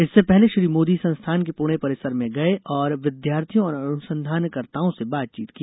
इससे पहले श्री मोदी संस्थान के पुणे परिसर गए और विद्यार्थियों और अनुसंधानकर्ताओं से बातचीत की